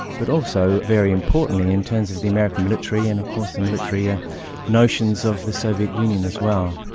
but also very importantly, in terms of the american military and of course the military yeah notions of the soviet union as well.